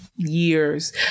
years